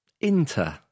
Inter